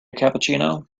cappuccino